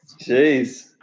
Jeez